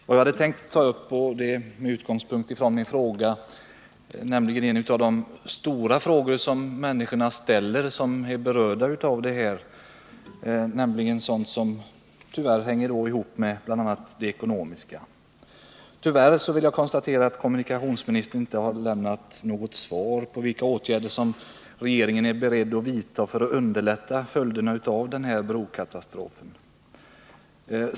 Vad jag har tänkt ta upp är ett av de stora problemen för de människor som berörs av brokatastrofen, nämligen det som hänger ihop med det ekonomiska. underlätta följderna av brokatastrofen.